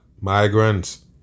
Migrants